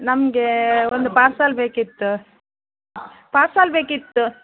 ನಮ್ಗೆ ಒಂದು ಪಾರ್ಸಲ್ ಬೇಕಿತ್ತು ಪಾರ್ಸಲ್ ಬೇಕಿತ್ತು